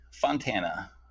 Fontana